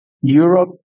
Europe